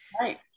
Right